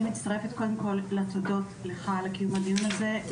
אני מצטרפת לתודות לך על קיום הדיון הזה,